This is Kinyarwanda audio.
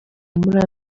muri